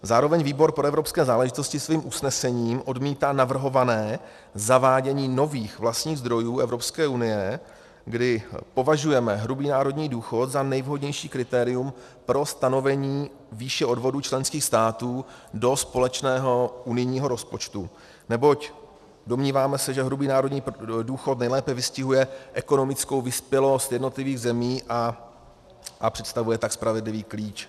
Zároveň výbor pro evropské záležitosti svým usnesením odmítá navrhované zavádění nových vlastních zdrojů Evropské unie, kdy považujeme hrubý národní důchod za nejvhodnější kritérium pro stanovení výše odvodů členských států do společného unijního rozpočtu, neboť domníváme se, že hrubý národní důchod nejlépe vystihuje ekonomickou vyspělost jednotlivých zemí a představuje tak spravedlivý klíč.